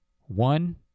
One